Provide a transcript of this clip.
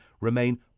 remain